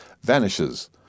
vanishes